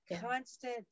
constant